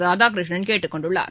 ராதாகிருஷ்ணன் கேட்டுக் கொண்டுள்ளார்